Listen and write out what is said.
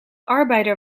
arbeider